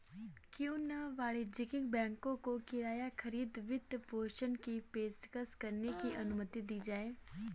क्यों न वाणिज्यिक बैंकों को किराया खरीद वित्तपोषण की पेशकश करने की अनुमति दी जाए